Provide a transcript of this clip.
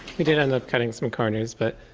we did end up cutting some corners, but.